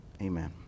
Amen